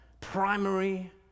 primary